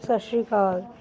ਸਤਿ ਸ਼੍ਰੀ ਅਕਾਲ